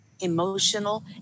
emotional